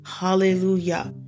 hallelujah